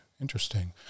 interesting